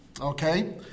Okay